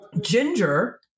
Ginger